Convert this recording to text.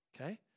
Okay